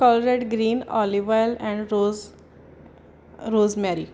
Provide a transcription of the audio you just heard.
coloured green olive oil and rose rose Mary